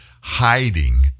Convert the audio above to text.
hiding